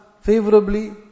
favorably